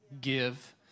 Give